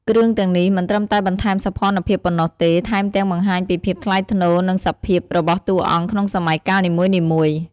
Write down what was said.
គ្រឿងទាំងនេះមិនត្រឹមតែបន្ថែមសោភ័ណភាពប៉ុណ្ណោះទេ ថែមទាំង បង្ហាញពីភាពថ្លៃថ្នូរ និងសភាពរបស់តួអង្គក្នុងសម័យកាលនីមួយៗ។